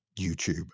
YouTube